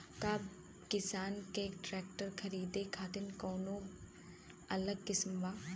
का किसान के ट्रैक्टर खरीदे खातिर कौनो अलग स्किम बा?